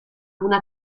una